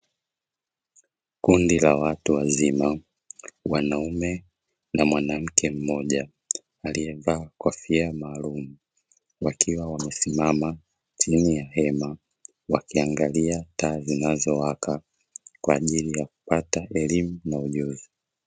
Kundi la watu wazima wanaume na mwanamke mmoja aliyevaa kofia maalumu, wakiwa wamesimama chini ya hema wakiangalia taa zinazowaka kwa ajili ya kupata elimu na ujuzi.